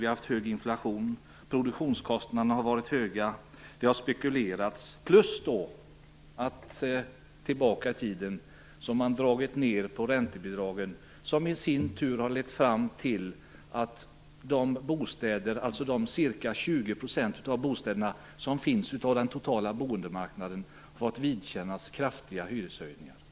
Vi har haft hög inflation. Produktionskostnaderna har varit höga. Det har spekulerats. Man har längre tillbaka i tiden dragit ned på räntebidragen, vilket i sin tur har lett fram till att ca 20 % av den totala boendemarknaden har fått vidkännas kraftiga hyreshöjningar.